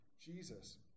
Jesus